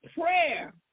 prayer